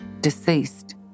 deceased